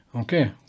Okay